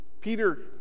Peter